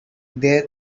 there